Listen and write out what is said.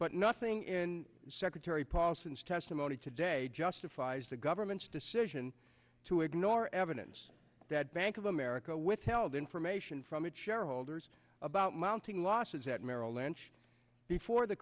nothing in secretary paulson's testimony today justifies the government's decision to ignore evidence that bank of america withheld information from its shareholders about mounting losses at merrill lynch before the